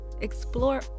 Explore